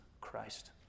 Christ